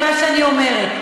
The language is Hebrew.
והתכוונתי למה שאני אומרת.